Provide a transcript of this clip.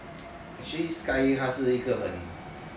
actually sky 他是一个很